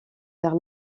vers